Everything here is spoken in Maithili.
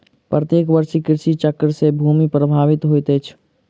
प्रत्येक वर्ष कृषि चक्र से भूमि प्रभावित होइत अछि